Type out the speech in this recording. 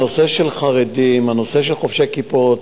הנושא של חרדים, הנושא של חובשי כיפות,